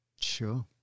Sure